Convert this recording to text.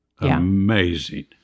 amazing